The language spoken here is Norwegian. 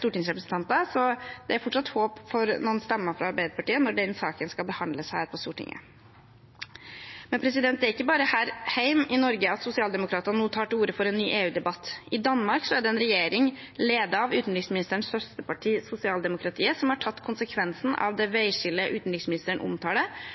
stortingsrepresentanter, så det er fortsatt håp om noen stemmer fra Arbeiderpartiet når den saken skal behandles her på Stortinget. Men det er ikke bare her hjemme i Norge at sosialdemokratene nå tar til orde for en ny EU-debatt. I Danmark er det en regjering ledet av utenriksministerens søsterparti, Socialdemokratiet, som har tatt konsekvensen av det veiskillet utenriksministeren omtaler,